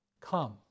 Come